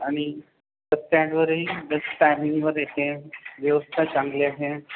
आनि बस स्टॅंडवरही बस टायमिंगमधे येते व्यवस्था चांगली आहे